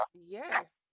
Yes